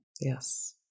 Yes